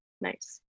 nice